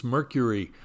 Mercury